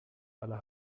aller